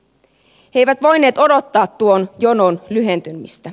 he eivät voineet odottaa tuon jonon lyhentymistä